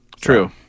True